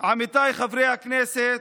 עמיתיי חברי הכנסת,